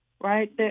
Right